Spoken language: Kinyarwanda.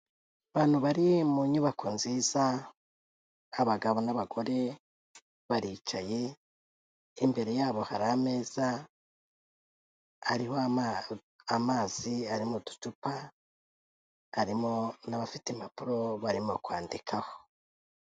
Abantu bari mu nyubako nziza, b'abagabo n'abagore baricaye, imere yabo hari ameza, hariho amzai ari mu ducupa hariho n'abaite impapuro barimo kwandikaho.